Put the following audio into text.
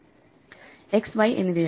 x y എന്നിവയല്ല